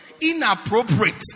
inappropriate